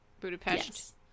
Budapest